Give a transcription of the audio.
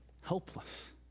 helpless